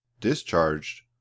discharged